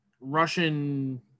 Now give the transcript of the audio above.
Russian